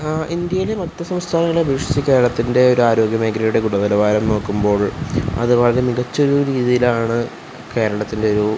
ഇന്ത്യയിലെ മൊത്തം സംസ്ഥാനങ്ങളെ അപേക്ഷിച്ച് കേരളത്തിൻ്റെ ആരോഗ്യ മേഖലയുടെ ഗുണ നിലവാരം നോക്കുമ്പോൾ അത് വളരെ മികച്ചൊരു രീതീയിലാണ് കേരളത്തിൻ്റെ ഒരു